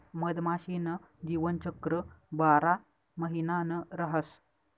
मधमाशी न जीवनचक्र बारा महिना न रहास